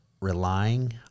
relying